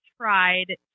tried